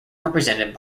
represented